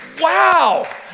Wow